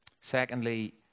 Secondly